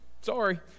sorry